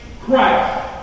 Christ